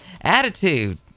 attitude